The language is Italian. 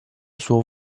sua